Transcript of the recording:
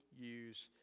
use